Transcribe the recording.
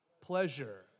pleasure